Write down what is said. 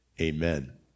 Amen